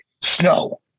snow